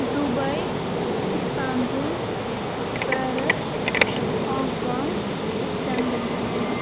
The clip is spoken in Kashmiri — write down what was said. Dubai Istanbul Paris Hong Kong تہٕ شنٛگاے